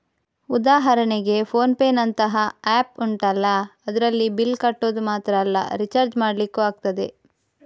ಉದಾಹರಣೆಗೆ ಫೋನ್ ಪೇನಂತಹ ಆಪ್ ಉಂಟಲ್ಲ ಅದ್ರಲ್ಲಿ ಬಿಲ್ಲ್ ಕಟ್ಟೋದು ಮಾತ್ರ ಅಲ್ಲ ರಿಚಾರ್ಜ್ ಮಾಡ್ಲಿಕ್ಕೂ ಆಗ್ತದೆ